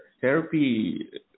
therapy